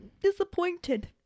disappointed